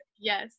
Yes